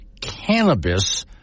cannabis